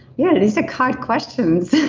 yeah it is a hard questions.